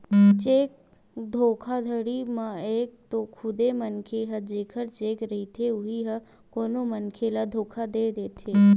cheque धोखाघड़ी म एक तो खुदे मनखे ह जेखर चेक रहिथे उही ह कोनो मनखे ल धोखा दे देथे